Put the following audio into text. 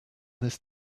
this